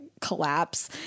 collapse